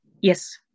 Yes